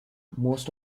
most